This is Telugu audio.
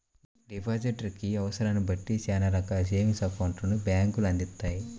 డిపాజిటర్ కి అవసరాన్ని బట్టి చానా రకాల సేవింగ్స్ అకౌంట్లను బ్యేంకులు అందిత్తాయి